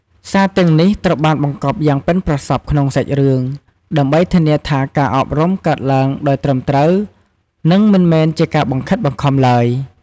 សារទាំងនេះត្រូវបានបង្កប់យ៉ាងប៉ិនប្រសប់ក្នុងសាច់រឿង ដើម្បីធានាថាការអប់រំកើតឡើងដោយត្រឹមត្រូវ និងមិនមែនជាការបង្ខិតបង្ខំឡើយ។